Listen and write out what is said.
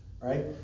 right